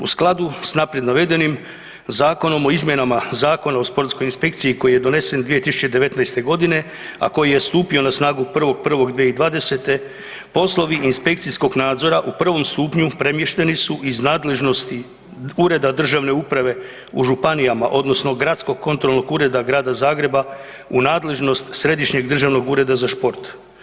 U skladu s naprijed navedenim Zakonom o izmjenama Zakona o sportskoj inspekciji koji je donesen 2019. godine, a koji je stupio na snagu 1. 1. 2020. poslovi inspekcijskog nadzora u prvom stupnju premješteni su iz nadležnosti ureda državne uprave u županijama odnosno gradskog kontrolnog ureda Grada Zagreba u nadležnost središnjeg državnog ureda za šport.